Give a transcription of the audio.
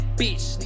bitch